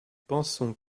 pensons